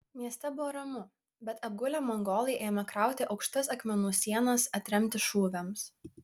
mieste buvo ramu bet apgulę mongolai ėmė krauti aukštas akmenų sienas atremti šūviams